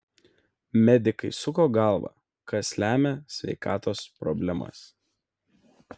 medikai suko galvą kas lemia sveikatos problemas